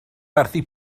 werthu